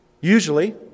Usually